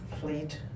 fleet